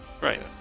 Right